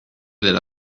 della